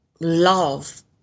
love